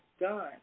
done